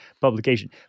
publication